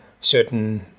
certain